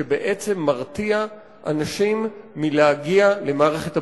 שבעצם מרתיע אנשים מלהגיע למערכת הבריאות.